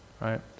right